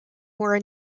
were